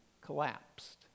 collapsed